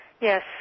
yes